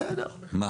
לא,